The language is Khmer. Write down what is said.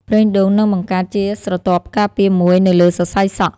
ប្រេងដូងនឹងបង្កើតជាស្រទាប់ការពារមួយនៅលើសរសៃសក់។